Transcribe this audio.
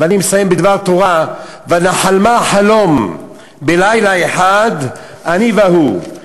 ואני מסיים בדבר תורה: "ונחלמה חלום בלילה אחד אני והוא,